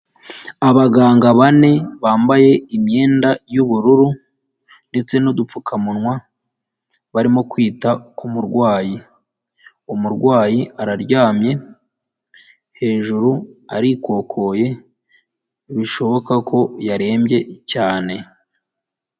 Abaganga bane bambaye imyenda y'ubururu ndetse n'udupfukamunwa, barimo kwita ku murwayi, umurwayi araryamye hejuru arikokokoye bishoboka ko yarembye cyane.